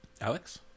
Alex